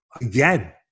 again